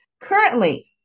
currently